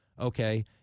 okay